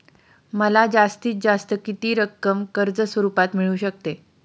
मला जास्तीत जास्त किती रक्कम कर्ज स्वरूपात मिळू शकते?